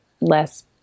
less